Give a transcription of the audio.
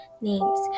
names